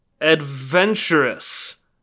adventurous